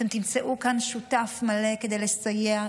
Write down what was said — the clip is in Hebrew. אתם תמצאו כאן שותף מלא כדי לסייע,